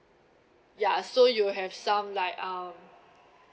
ya so you have some like um